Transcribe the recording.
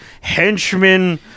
henchmen